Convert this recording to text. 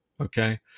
Okay